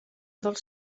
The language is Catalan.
dels